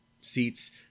seats